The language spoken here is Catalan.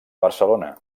barcelona